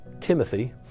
Timothy